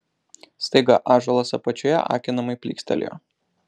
staiga ąžuolas apačioje akinamai plykstelėjo